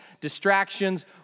distractions